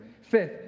Fifth